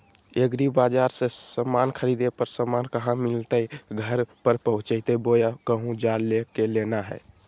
एग्रीबाजार से समान खरीदे पर समान कहा मिलतैय घर पर पहुँचतई बोया कहु जा के लेना है?